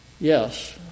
yes